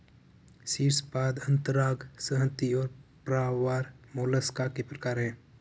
शीर्शपाद अंतरांग संहति और प्रावार मोलस्का के प्रकार है